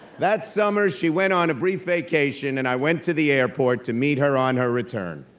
that summer, she went on a brief vacation, and i went to the airport to meet her on her return.